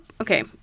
okay